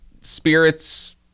spirits